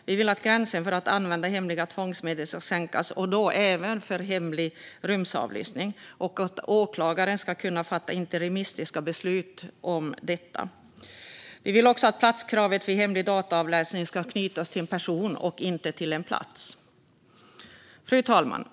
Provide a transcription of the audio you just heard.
Vi vill att gränsen för att använda hemliga tvångsmedel ska sänkas, även för hemlig rumsavlyssning, och att åklagare ska kunna fatta interimistiska beslut om detta. Vi vill också att platskravet vid hemlig dataavläsning ska knytas till en person och inte till en plats. Fru talman!